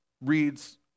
reads